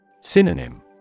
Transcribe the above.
Synonym